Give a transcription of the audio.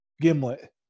gimlet